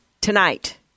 tonight